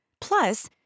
Plus